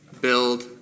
build